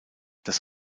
das